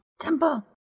Temple